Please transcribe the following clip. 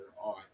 on